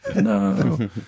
No